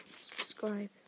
subscribe